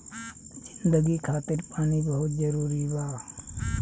जिंदगी खातिर पानी बहुत जरूरी बा